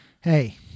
Hey